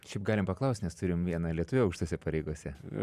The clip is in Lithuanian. šiaip galim paklaust nes turim vieną lietuve aukštuose pareigose